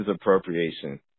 appropriation